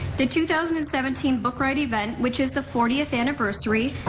the two thousand and seventeen book riot event, which is the fortieth anniversary,